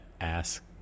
ask